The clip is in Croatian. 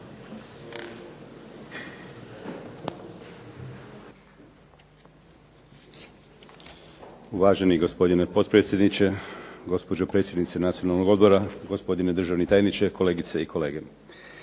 lijepo gospodine potpredsjedniče, gospođo predsjednice Nacionalnog odbora, gospodine državni tajniče, kolegice i kolege.